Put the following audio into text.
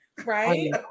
Right